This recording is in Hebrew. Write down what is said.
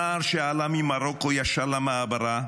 הנער שעלה ממרוקו ישר למעברה